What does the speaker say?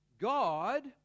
God